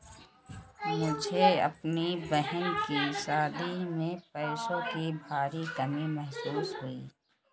मुझे अपने बहन की शादी में पैसों की भारी कमी महसूस हुई